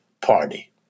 Party